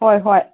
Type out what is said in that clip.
ꯍꯣꯏ ꯍꯣꯏ